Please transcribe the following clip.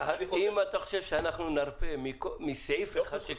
אם אתה חושב שאנחנו נרפה מסעיף אחד,